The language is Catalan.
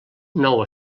nou